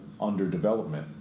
underdevelopment